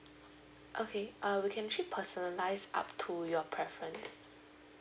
okay uh we can actually personalise up to your preference